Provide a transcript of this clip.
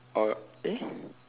oh eh